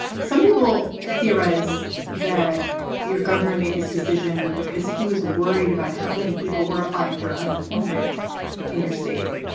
some people theorize that your governor made this decision because he was worried about how many people were applying for unemployment in your state.